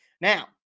Now